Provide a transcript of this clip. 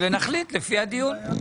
נחליט לפי הדיון.